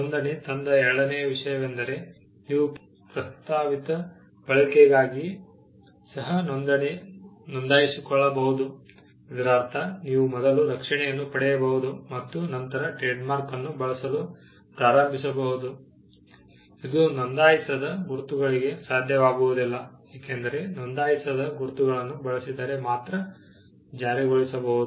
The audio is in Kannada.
ನೋಂದಣಿ ತಂದ ಎರಡನೆಯ ವಿಷಯವೆಂದರೆ ನೀವು ಪ್ರಸ್ತಾವಿತ ಬಳಕೆಗಾಗಿ ಸಹ ನೋಂದಾಯಿಸಿಕೊಳ್ಳಬಹುದು ಇದರರ್ಥ ನೀವು ಮೊದಲು ರಕ್ಷಣೆಯನ್ನು ಪಡೆಯಬಹುದು ಮತ್ತು ನಂತರ ಟ್ರೇಡ್ ಮಾರ್ಕ್ ಅನ್ನು ಬಳಸಲು ಪ್ರಾರಂಭಿಸಬಹುದು ಇದು ನೋಂದಾಯಿಸದ ಗುರುತುಗಳಿಗೆ ಸಾಧ್ಯವಾಗುವುದಿಲ್ಲ ಏಕೆಂದರೆ ನೋಂದಾಯಿಸದ ಗುರುತುಗಳನ್ನು ಬಳಸಿದ್ದರೆ ಮಾತ್ರ ಜಾರಿಗೊಳಿಸಬಹುದು